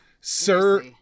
sir